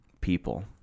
people